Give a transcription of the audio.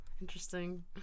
Interesting